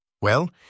Well